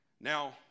Now